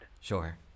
Sure